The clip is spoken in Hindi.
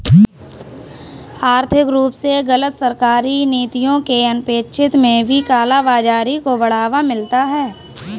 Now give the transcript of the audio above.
आर्थिक रूप से गलत सरकारी नीतियों के अनपेक्षित में भी काला बाजारी को बढ़ावा मिलता है